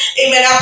amen